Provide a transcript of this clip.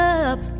up